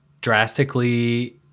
drastically